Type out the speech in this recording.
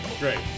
Great